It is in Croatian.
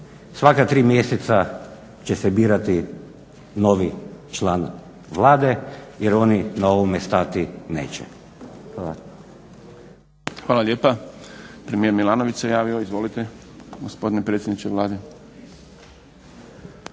svaka tri mjeseca će se birati novi član Vlade jer oni na ovome stati neće. Hvala. **Šprem, Boris (SDP)** Hvala lijepa. Premijer Milanović se javio. Izvolite gospodine predsjedniče Vlade.